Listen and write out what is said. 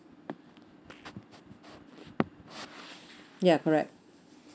ya correct